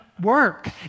work